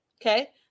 Okay